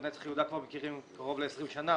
את נצח יהודה מכירים כבר קרוב ל-20 שנה,